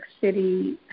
City